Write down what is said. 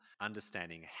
understanding